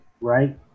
right